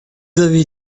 avaient